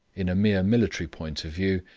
in a mere military point of view,